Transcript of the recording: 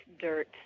dirt